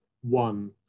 one